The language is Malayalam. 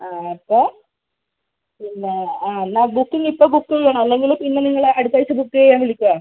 ആ അപ്പോൾ പിന്നെ ആ എന്നാൽ ബുക്കിങ്ങ് ഇപ്പോൾ ബുക്ക് ചെയ്യണോ അല്ലെങ്കിൽ പിന്നെ നിങ്ങൾ അടുത്തയാഴ്ച ബുക്ക് ചെയ്യാൻ വിളിക്കുമോ